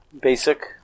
basic